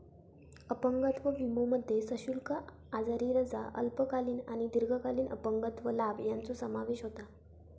अपंगत्व विमोमध्ये सशुल्क आजारी रजा, अल्पकालीन आणि दीर्घकालीन अपंगत्व लाभ यांचो समावेश होता